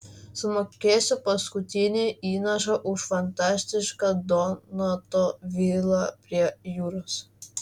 sumokėsiu paskutinį įnašą už fantastišką donato vilą prie jūros